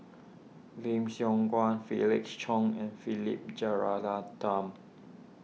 Lim Siong Guan Felix Cheong and Philip Jeyaretnam